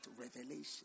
revelation